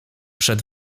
przed